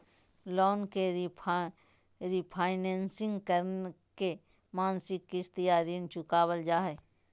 loan के refinancing करके मासिक किस्त या ऋण चुकावल जा हय